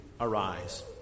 arise